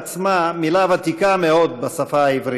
המילה "ותיק" היא בעצמה מילה ותיקה מאוד בשפה העברית.